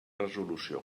resolució